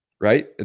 right